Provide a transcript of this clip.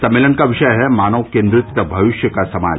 सम्मेलन का विषय है मानव केन्द्रित भविष्य का समाज